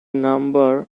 number